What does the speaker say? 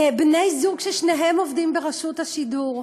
בני-זוג ששניהם עובדים ברשות השידור.